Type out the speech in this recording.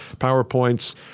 PowerPoints